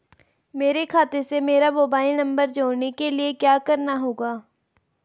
मेरे खाते से मेरा मोबाइल नम्बर जोड़ने के लिये क्या करना होगा?